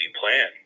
plan